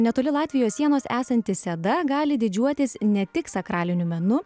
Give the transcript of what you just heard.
netoli latvijos sienos esanti seda gali didžiuotis ne tik sakraliniu menu